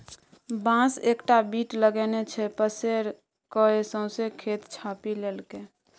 बांस एकटा बीट लगेने छै पसैर कए सौंसे खेत छापि लेलकै